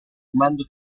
fumando